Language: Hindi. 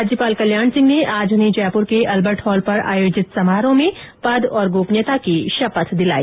राज्यपाल कल्याण सिंह ने आज उन्हें जयपुर के अल्बर्ट हॉल पर आयोजित समारोह में पद और गोपनीयता की शपथ दिलाई